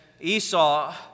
Esau